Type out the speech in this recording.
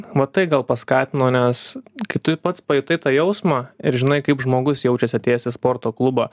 va tai gal paskatino nes kai tu pats pajutai tą jausmą ir žinai kaip žmogus jaučias atėjęs į sporto klubą